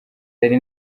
ari